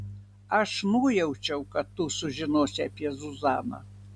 aš nujaučiau kad tu sužinosi apie zuzaną